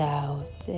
out